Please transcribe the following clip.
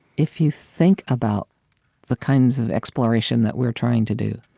if you think about the kinds of exploration that we're trying to do,